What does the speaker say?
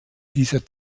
dieser